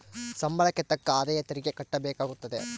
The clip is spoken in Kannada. ಸಂಬಳಕ್ಕೆ ತಕ್ಕ ಆದಾಯ ತೆರಿಗೆ ಕಟ್ಟಬೇಕಾಗುತ್ತದೆ